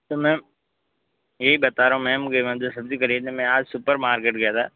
तो मेम यही बात रहा हम कि मेम कि मुझे सब्जी खरीदने आज सुपर मार्केट गया था